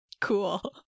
Cool